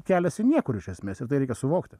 kelias į niekur iš esmės ir tai reikia suvokti